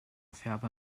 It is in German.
färber